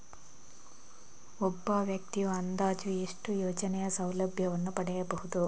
ಒಬ್ಬ ವ್ಯಕ್ತಿಯು ಅಂದಾಜು ಎಷ್ಟು ಯೋಜನೆಯ ಸೌಲಭ್ಯವನ್ನು ಪಡೆಯಬಹುದು?